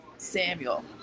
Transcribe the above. Samuel